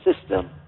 system